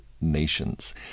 nations